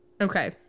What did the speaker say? Okay